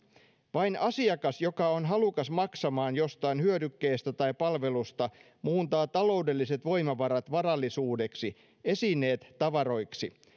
vain asiakas joka on halukas maksamaan jostain hyödykkeestä tai palvelusta muuntaa taloudelliset voimavarat varallisuudeksi esineet tavaroiksi